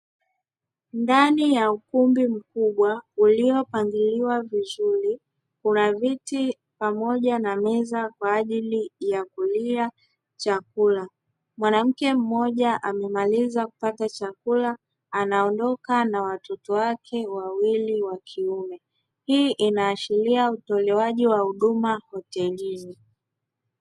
Ndani ya ukumbi mkubwa uliopangiliwa vizuri kuna viti pamoja na meza kwa ajili ya kulia chakula, mwanamke mmoja amemaliza kupata chakula anaondoka na watoto wake wawili wa kiume; hii inaashiria utolewaji wa huduma hotelini.